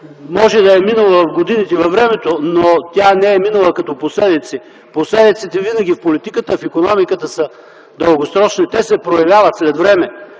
може да е минала в годините, във времето, но тя не е минала като последици. Последиците винаги в политиката, в икономиката са дългосрочни. Те се проявяват след време.